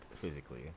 physically